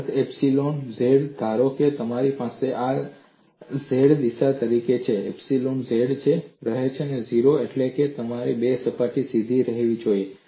અર્થ epsilon z ધારો કે મારી પાસે આ z દિશા તરીકે છે એપ્સીલોન z રહે 0 એટલે કે આ બે સપાટી સીધી રહેવી જોઈએ